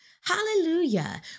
Hallelujah